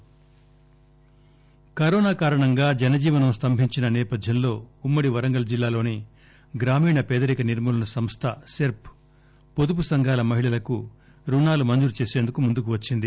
SERS రుణాలు corona కారణంగా జనజీవనం స్తంభించిన నేపథ్యంలో ఉమ్మడి వరంగల్ జిల్లాలోని గ్రామీణ పేదరిక నిర్మూలన సంస్థ సెర్ప్ పొదుపు సంఘాల మహిళలకు రుణాలు మంజూరు చేసేందుకు ముందు కొచ్చింది